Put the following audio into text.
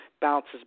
bounces